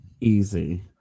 easy